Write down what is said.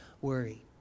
worry